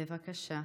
בבקשה.